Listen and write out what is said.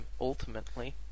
ultimately